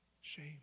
Shame